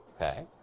Okay